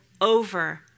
over